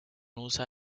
usa